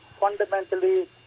fundamentally